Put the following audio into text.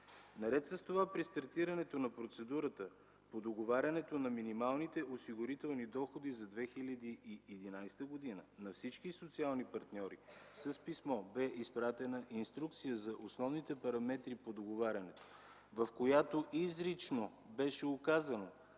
Наред с това, при стартирането на процедурата по договарянето на минималните осигурителни доходи за 2011 г. на всички социални партньори с писмо бе изпратена инструкция за основните параметри по договарянето, в която изрично беше указано